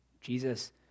Jesus